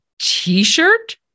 t-shirt